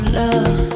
love